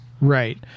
Right